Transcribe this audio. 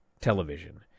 television